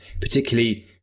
Particularly-